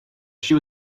she